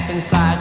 Inside